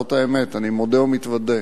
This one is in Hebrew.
זאת האמת, אני מודה ומתוודה.